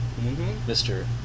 Mr